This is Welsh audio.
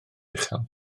uchel